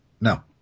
no